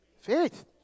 Faith